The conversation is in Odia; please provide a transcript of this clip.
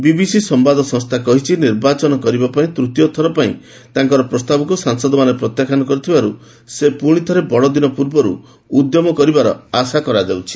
ବିବିସି ସମ୍ଭାଦ ସଂସ୍ଥା କହିଛି ନିର୍ବାଚନ କରିବା ପାଇଁ ତୂତୀୟଥର ପାଇଁ ତାଙ୍କର ପ୍ରସ୍ତାବକୁ ସାଂସଦମାନେ ପ୍ରତ୍ୟାଖ୍ୟାନ କରିଥିବାରୁ ସେ ପୁଣିଥରେ ବଡ଼ ଦିନ ପୂର୍ବରୁ ଉଦ୍ୟମ କରିବାର ଆଶା କରାଯାଉଛି